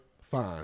fine